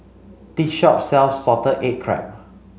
this shop sells salted egg crab